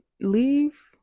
leave